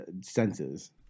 senses